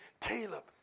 Caleb